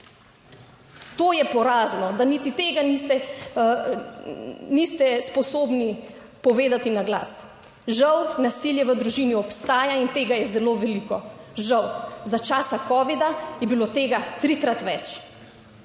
To je porazno, da niti tega niste sposobni povedati na glas. Žal nasilje v družini obstaja in tega je zelo veliko, žal. Za časa covida je bilo tega trikrat več.